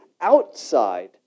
outside